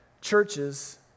churches